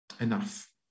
enough